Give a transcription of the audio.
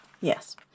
Yes